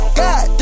god